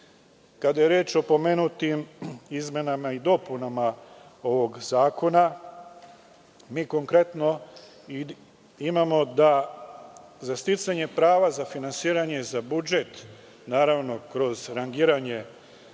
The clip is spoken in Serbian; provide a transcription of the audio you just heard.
je reč o pomenutim izmenama i dopunama ovog zakona, mi konkretno imamo da za sticanje prava za finansiranje za budžet, naravno kroz rangiranje